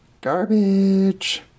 garbage